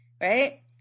Right